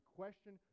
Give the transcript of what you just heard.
question